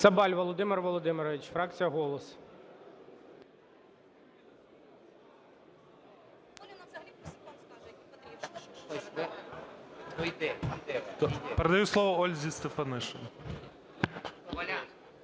Цабаль Володимир Володимирович, фракція "Голос".